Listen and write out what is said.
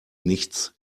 nichts